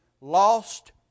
lost